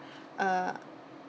uh